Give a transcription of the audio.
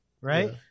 right